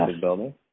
building